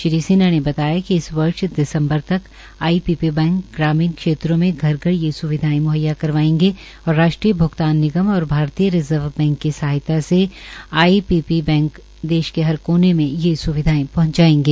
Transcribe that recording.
श्री सिन्हा ने बताया कि इस वर्ष दिसम्बर तक आई पी पी बैंक ग्रामीण क्षेत्रों में घर घर ये सुविधाएं मुहैया करवायेंगें और राष्ट्रीय भुगतान निगम और भारतीय रिजर्व बैंक की सहायता से आईपीपीबी देश के हर कोने मे ये सुविधाएं पहंचायेंगे